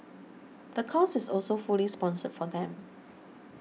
the course is also fully sponsored for them